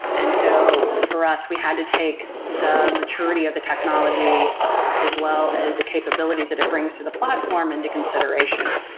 and so, for us, we had to take the maturity of the technology as well as the capabilities that it brings to the platform into consideration.